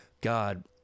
God